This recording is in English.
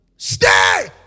Stay